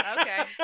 Okay